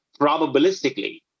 probabilistically